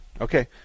Okay